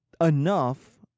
enough